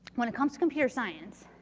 when it comes to computer science,